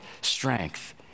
strength